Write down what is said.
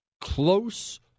Close